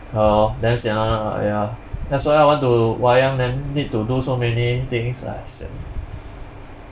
ya lor damn sian [one] lah ya that's why I want to wayang then need to do so many things ah sian